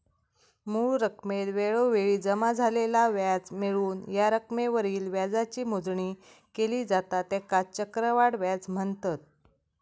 मूळ रकमेत वेळोवेळी जमा झालेला व्याज मिळवून या रकमेवरील व्याजाची मोजणी केली जाता त्येकाच चक्रवाढ व्याज म्हनतत